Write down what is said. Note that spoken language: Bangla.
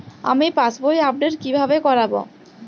আমি পাসবই আপডেট কিভাবে করাব?